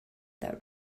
that